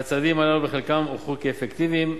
והצעדים הללו בחלקם הוכחו כאפקטיביים.